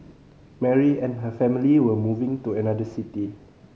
Mary and her family were moving to another city